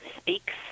speaks